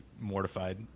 mortified